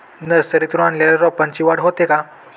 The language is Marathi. नर्सरीतून आणलेल्या रोपाची वाढ होते का?